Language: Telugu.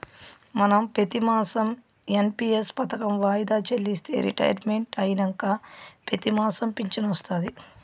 మనం పెతిమాసం ఎన్.పి.ఎస్ పదకం వాయిదా చెల్లిస్తే రిటైర్మెంట్ అయినంక పెతిమాసం ఫించనొస్తాది